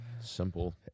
Simple